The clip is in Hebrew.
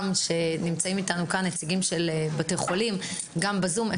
שנמצאים איתנו כאן נציגים של בתי חולים והם